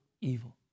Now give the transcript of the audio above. evil